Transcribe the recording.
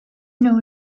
know